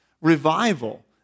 revival